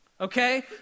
okay